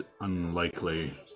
unlikely